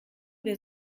wir